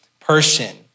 person